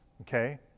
Okay